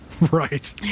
Right